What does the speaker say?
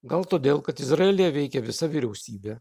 gal todėl kad izraelyje veikia visa vyriausybė